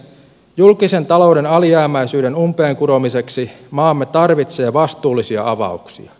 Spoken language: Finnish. julkisen talouden alijäämäisyyden umpeen kuromiseksi maamme tarvitsee vastuullisia avauksia